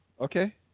Okay